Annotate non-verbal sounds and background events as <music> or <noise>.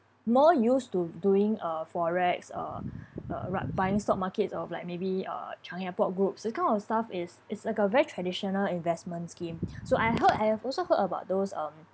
more used to doing uh forex or <breath> uh ru~ buying stock markets of like maybe uh changi airport groups that kind of stuff is is like a very traditional investment scheme so I heard I have also heard about those um